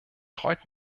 freut